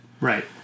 Right